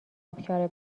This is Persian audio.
ابشار